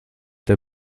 der